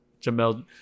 Jamel